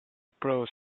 pros